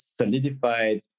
solidified